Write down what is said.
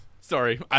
Sorry